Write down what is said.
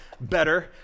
better